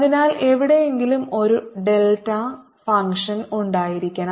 അതിനാൽ എവിടെയെങ്കിലും ഒരു ഡെൽറ്റ ഫംഗ്ഷൻ ഉണ്ടായിരിക്കണം